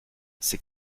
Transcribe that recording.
c’est